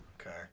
Okay